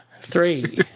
Three